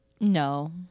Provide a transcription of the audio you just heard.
no